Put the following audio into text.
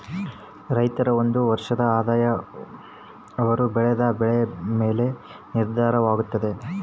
ರೈತರ ಒಂದು ವರ್ಷದ ಆದಾಯ ಅವರು ಬೆಳೆದ ಬೆಳೆಯ ಮೇಲೆನೇ ನಿರ್ಧಾರವಾಗುತ್ತದೆ